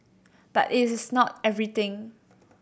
but it is not everything